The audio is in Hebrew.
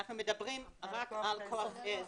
אנחנו מדברים רק על כוח עזר.